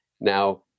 now